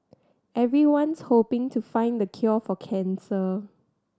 everyone's hoping to find the cure for cancer